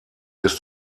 ist